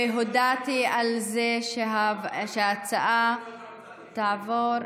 והודעתי על זה שההצעה תעבור,